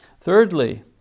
Thirdly